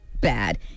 bad